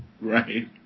Right